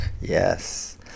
Yes